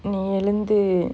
நீ எழுந்து:nee elunthu